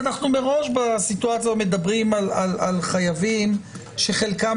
אנחנו מדברים בסיטואציה הזאת על חייבים שחלקם